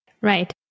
Right